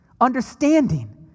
understanding